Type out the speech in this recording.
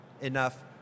enough